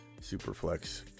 Superflex